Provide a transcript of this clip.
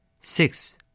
Six